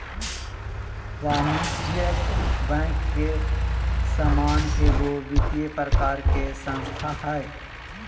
वाणिज्यिक बैंक के समान एगो वित्तिय प्रकार के संस्था हइ